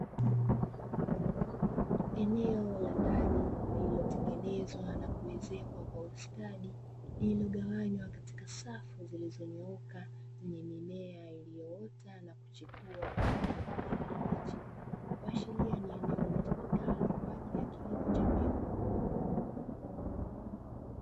Eneo la ndani lililotengenezwa na kuezekwa ustadi lililogawanywa katika safu zilizonyooka lenye mimea iliyoota na kuchipua kwa rangi ya kijani kibichi, kuashiria eneo litumikalo kwa ajili ya kilimo cha mbegu.